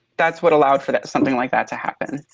that's what allowed for that something like that to happen.